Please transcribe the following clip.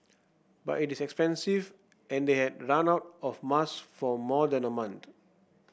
but it is expensive and they had run out of mask for more than a month